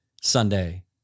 Sunday